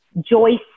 Joyce